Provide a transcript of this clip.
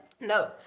No